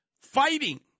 fighting